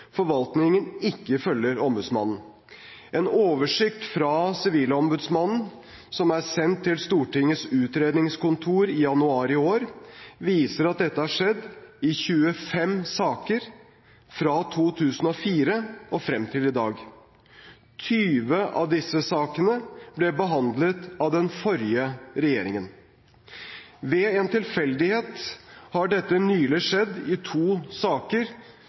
forvaltningen ikke følger ombudsmannen. En oversikt fra Sivilombudsmannen som er sendt til Stortingets utredningskontor i januar i år, viser at dette har skjedd i 25 saker fra 2004 og frem til i dag. 20 av disse sakene ble behandlet av den forrige regjeringen. Ved en tilfeldighet har dette nylig skjedd i to saker